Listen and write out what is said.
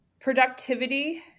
productivity